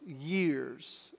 years